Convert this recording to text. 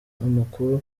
amakuru